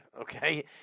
okay